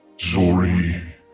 Zori